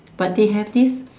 but they have this